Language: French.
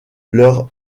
leur